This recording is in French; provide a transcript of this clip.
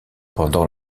pendant